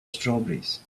strawberries